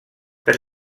per